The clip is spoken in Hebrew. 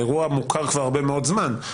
האירוע מוכר כבר הרבה מאוד זמן,